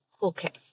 Okay